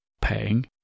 paying